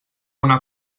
una